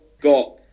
got